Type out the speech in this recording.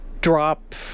drop